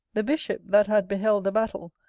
the bishop, that had beheld the battle,